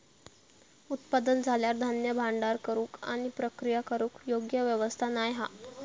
उत्पादन झाल्यार धान्य भांडार करूक आणि प्रक्रिया करूक योग्य व्यवस्था नाय हा